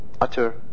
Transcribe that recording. Utter